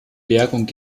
bergung